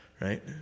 Right